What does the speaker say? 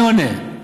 אני עונה,